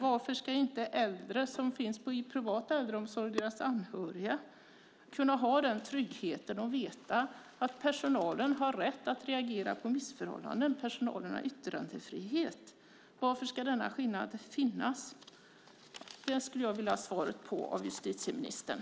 Varför ska inte äldre som finns i privat äldreomsorg och deras anhöriga kunna ha den tryggheten och veta att personalen har rätt att reagera på missförhållanden - att personalen har yttrandefrihet? Varför ska denna skillnad finnas? Det skulle jag vilja ha svar på av justitieministern.